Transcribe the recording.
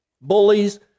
Bullies